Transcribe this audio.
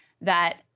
that-